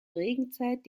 regenzeit